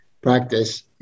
practice